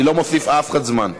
אני לא מוסיף לאף אחד זמן.